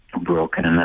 broken